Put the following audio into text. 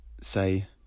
say